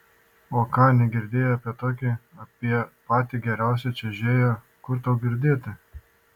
o ką negirdėjai apie tokį apie patį geriausią čiuožėją kur tau girdėti